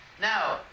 now